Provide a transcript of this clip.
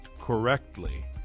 correctly